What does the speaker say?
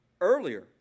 earlier